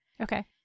Okay